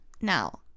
now